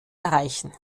erreichen